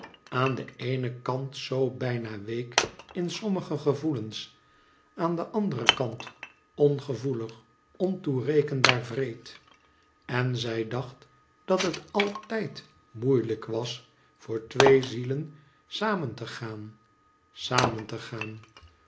aan den eenen kant zoo bijna week in sommige gevoelens aan den anderen kant ongevoelig ontoerekenbaar wreed en zij dacht dat het altijd moeilijk was voor twee zielen samen te gaan samen te gaan